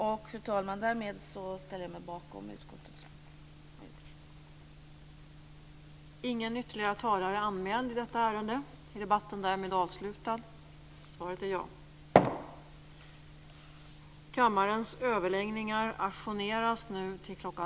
Med detta ställer jag mig bakom förslaget från utskottets majoritet.